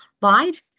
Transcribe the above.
lied